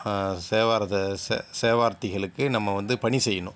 சேவாரத்தை சே சேவாரத்திகளுக்கு நம்ம வந்து பணி செய்யணும்